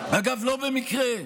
למעלה משנה,